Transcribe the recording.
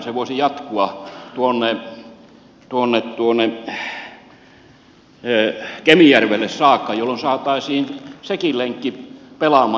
se voisi jatkua tuonne kemijärvelle saakka jolloin saataisiin sekin lenkki pelaamaan